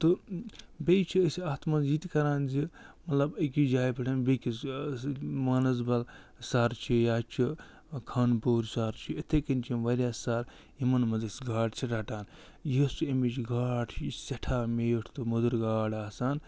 تہٕ بیٚیہِ چھِ أسۍ اَتھ منٛز یِتہِ کران زِ مطلب أکِس جایہِ پٮ۪ٹھ بیٚکِس مانَسبَل سر چھِ یا چھِ خانپوٗر سَر چھِ یِتھَے کٔنۍ چھِ یِم واریاہ سَر یِمَن منٛز أسۍ گاڈٕ چھِ رٹان یۄس یہِ اَمِچ گاڈ چھِ یہِ چھِ سٮ۪ٹھاہ میٖٹھ تہٕ مٔدٕر گاڈ آسان